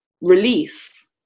release